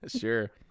sure